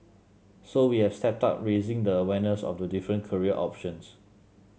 so we have stepped up raising the awareness of the different career options